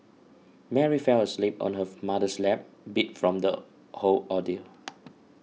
Mary fell asleep on her mother's lap beat from the whole ordeal